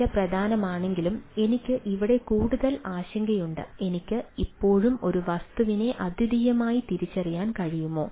data പ്രധാനമാണെങ്കിലും എനിക്ക് ഇവിടെ കൂടുതൽ ആശങ്കയുണ്ട് എനിക്ക് ഇപ്പോഴും ഒരു വസ്തുവിനെ അദ്വിതീയമായി തിരിച്ചറിയാൻ കഴിയും